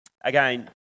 Again